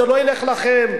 זה לא ילך לכם.